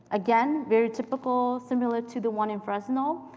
again, very typical, similar to the one in fresno.